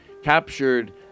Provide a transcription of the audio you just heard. Captured